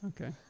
Okay